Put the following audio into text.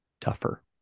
tougher